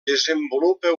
desenvolupa